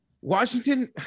Washington